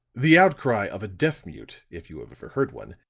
the out-cry of a deaf-mute, if you have ever heard one,